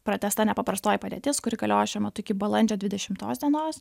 pratęsta nepaprastoji padėtis kuri galioja šiuo metu iki balandžio dvidešimtos dienos